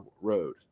road